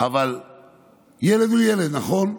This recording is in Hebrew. אבל ילד הוא ילד, נכון?